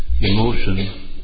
emotion